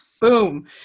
Boom